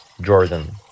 Jordan